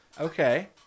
Okay